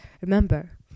Remember